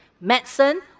medicine